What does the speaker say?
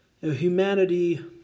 Humanity